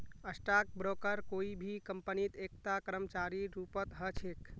stock broker कोई भी कम्पनीत एकता कर्मचारीर रूपत ह छेक